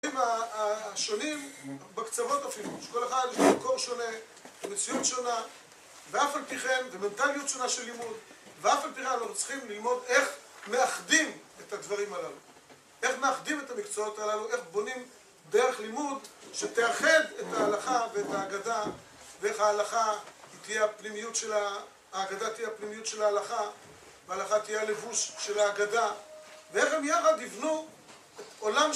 ...השונים, בקצוות אפילו, שכל אחד יש מקור שונה, מציאות שונה, ואף על פי כן, ומנטליות שונה של לימוד, ואף על פי כן אנחנו צריכים ללמוד איך מאחדים את הדברים הללו. איך מאחדים את המקצועות הללו, איך בונים דרך לימוד שתאחד את ההלכה ואת האגדה, ואיך האגדה תהיה הפנימיות של ההלכה, וההלכה תהיה הלבוש של האגדה, ואיך הם יחד יבנו עולם שונה.